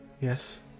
Yes